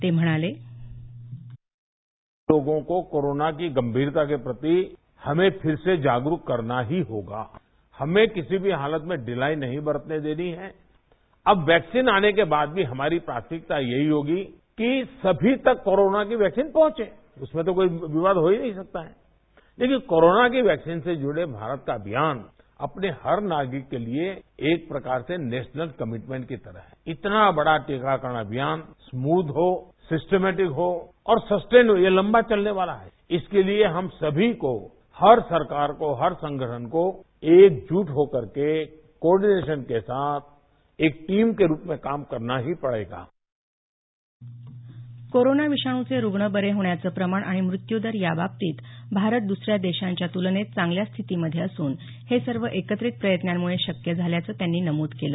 ते म्हणाले लोगोंको कोरोना की गंभीरता के प्रती हमे फिरसे जागरूक करना ही होगा हमें किसी भी हालत में ढिलाई नही बरतने देनी हैं अब वैक्सिन आने के बाद भी हमारी प्राथमिकता यही होगी की सभी तक कोरोना की वैक्सिन पोहोंचे उसमें तो कोई विवाद हो ही नही सकता लेकिन कोरोना वैक्सिन से ज्रुडे भारत का अभियान अपने हर नागरिक के लिए एक प्रकारसे नेशनल कमिटमेंट की तरह है इतना बडा अभियान स्मुथ हो सिस्टीमैटीक हो और सस्टेनेबल ये लंबा चलनेवाला है इसके लिए हम सभी को हर सरकार को हर संघटन को एकजुट हो कर के कोऑर्डिनेशन के साथ एक टीम के रूप मे काम करना ही पडेगा कोरोना विषाणूचे रुग्ण बरे होण्याचं प्रमाण आणि म़त्यूदर याबाबतीत भारत दुसऱ्या देशाच्या तुलनेत चांगल्या स्थितीमध्ये असून हे सर्व एकत्रित प्रयत्नांमुळे शक्य झाल्याचं त्यांनी नमूद केलं